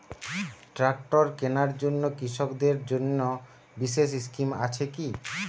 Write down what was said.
Tractor কেনার জন্য কৃষকদের জন্য বিশেষ স্কিম আছে কি?